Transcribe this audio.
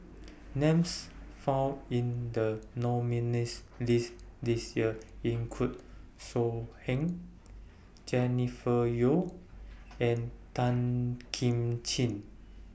Names found in The nominees' list This Year in Could So Heng Jennifer Yeo and Tan Kim Ching